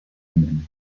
humaine